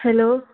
hello